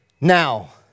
now